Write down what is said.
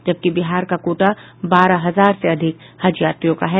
जबकि बिहार का कोटा बारह हजार से अधिक हज यात्रियों का है